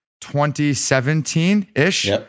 2017-ish